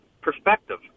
perspective